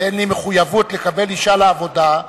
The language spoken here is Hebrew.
ואין לי מחויבות לקבל אשה לעבודה,